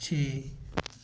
ਛੇ